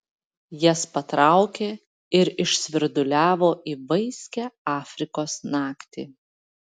jas patraukė ir išsvirduliavo į vaiskią afrikos naktį